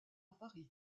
paris